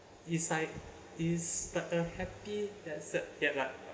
is like is like a happy that's